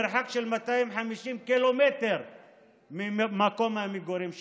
מרחק של 250 קילומטר ממקום המגורים שלהם.